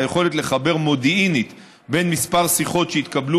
היכולת לחבר מודיעינית בין כמה שיחות שהתקבלו